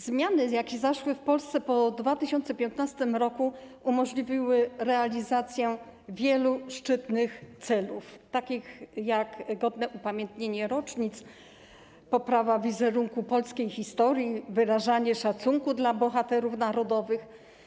Zmiany, jakie zaszły w Polsce po 2015 r., umożliwiły realizację wielu szczytnych celów, takich jak godne upamiętnienie rocznic, poprawa wizerunku polskiej historii, wyrażanie szacunku dla bohaterów narodowych.